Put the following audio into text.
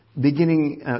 beginning